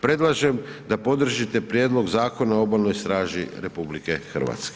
Predlažem da podržite Prijedlog zakona o Obalnoj straži RH.